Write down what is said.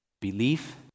Belief